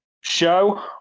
Show